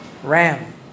Ram